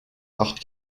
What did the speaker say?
acht